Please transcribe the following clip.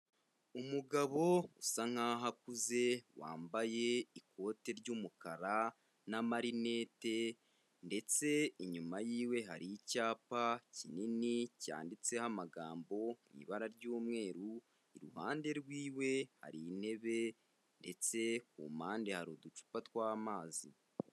Umugabo usa nkaho akuze wambaye ikote ry'umukara n'amarinete ndetse inyuma yiwe hari icyapa kinini cyanditseho amagambo mu ibara ry'umweru, iruhande rwiwe hari intebe ndetse ku mpande hari uducupa tw'amazi.